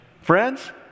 Friends